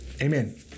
amen